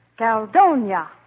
Caldonia